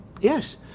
Yes